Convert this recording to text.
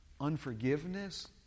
unforgiveness